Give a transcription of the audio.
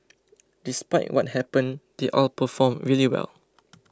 despite what happened they all performed really well